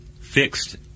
fixed